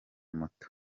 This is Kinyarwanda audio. moto